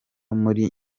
muri